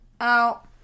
out